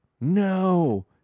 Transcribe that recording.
No